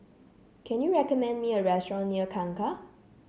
can you recommend me a restaurant near Kangkar